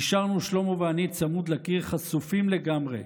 נשארנו שלמה ואני צמוד לקיר חשופים לגמרי.